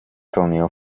torneo